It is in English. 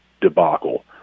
debacle